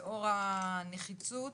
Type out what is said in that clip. ולאור הנחיצות,